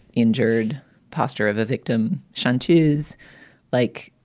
injured posture of the victim. shanti's like,